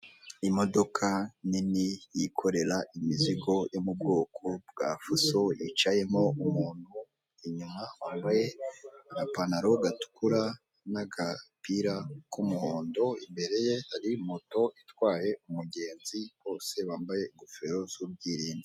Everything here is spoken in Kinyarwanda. Aba ni abantu benshi bicaye bigaragara ko ari abacamanza bambaye amakanzu y'imikara imbere yabo hagiye hateretse ameza ariho amacupa, arimo ibintu n'amakayi n'ikaramu.